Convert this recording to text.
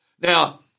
Now